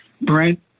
Brent